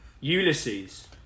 Ulysses